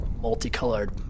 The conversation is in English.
multicolored